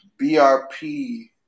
BRP